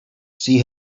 see